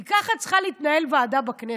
כי ככה צריכה להתנהל ועדה בכנסת.